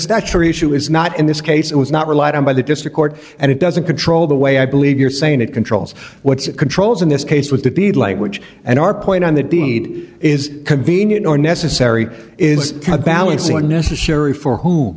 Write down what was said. battery issue is not in this case it was not relied on by the district court and it doesn't control the way i believe you're saying it controls what's controls in this case with the bead language and our point on that the aid is convenient or necessary is a balancing unnecessary for who